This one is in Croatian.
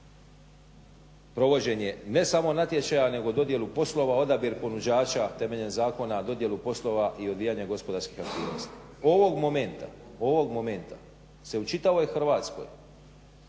provođenje ne samo natječaja, nego dodjelu poslova, odabir ponuđača temeljem Zakona, dodjelu poslova i odvijanja gospodarskih aktivnosti. Ovog momenta se u čitavoj Hrvatskoj